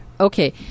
Okay